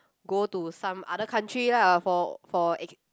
go to some other country lah for for